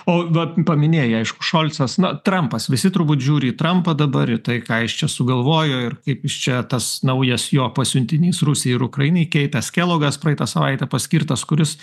o va paminėjai aišku šolcas na trampas visi turbūt žiūri į trampą dabar į tai ką jis čia sugalvojo ir kaip jis čia tas naujas jo pasiuntinys rusijai ir ukrainai keitas kelogas praeitą savaitę paskirtas kuris